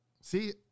See